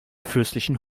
fürstlichen